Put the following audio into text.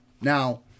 Now